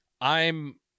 I'm-